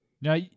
Now